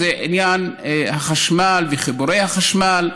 זה עניין החשמל וחיבורי החשמל.